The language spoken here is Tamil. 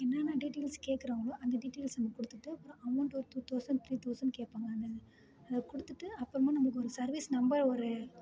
என்னென்ன டிடையல்ஸ் அவங்க கேட்குறாங்களோ அந்த டிடையல்ஸை நம்ம கொடுத்துட்டு அவங்க ஒரு டூ தௌசன் த்ரீ தௌசன் கேட்பாங்க அதை கொடுத்துட்டு அப்புறமா நமக்கு சர்விஸ் நம்பர் ஒரு